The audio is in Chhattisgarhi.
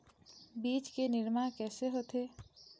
बीज के निर्माण कैसे होथे?